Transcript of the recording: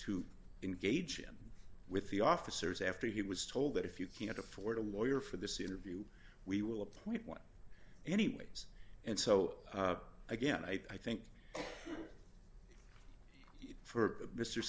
to engage in with the officers after he was told that if you can't afford a lawyer for this interview we will appoint one anyways and so again i think for m